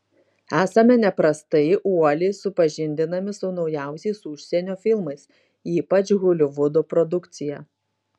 esame neprastai uoliai supažindinami su naujausiais užsienio filmais ypač holivudo produkcija